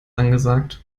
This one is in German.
angesagt